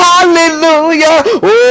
Hallelujah